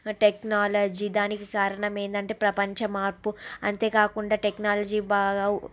technology దానికి కారణం ఏంది అంటే ప్రపంచ మార్పు అంతేకాకుండా టెక్నాలజీ బాగా